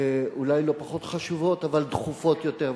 אולי לא פחות חשובות אבל דחופות יותר,